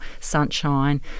Sunshine